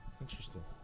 Interesting